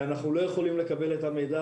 במקרה כזה אנחנו לא יכולים לקבל את המידע